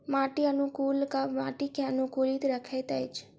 माटि अनुकूलक माटि के अनुकूलित रखैत अछि